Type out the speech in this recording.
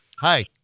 Hi